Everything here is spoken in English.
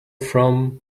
from